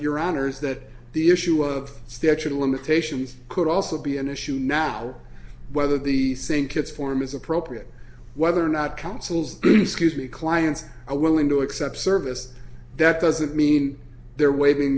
your honor's that the issue of statute of limitations could also be an issue now whether the st kitts form is appropriate whether or not counsel's viscusi clients are willing to accept service that doesn't mean they're waving